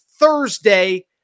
Thursday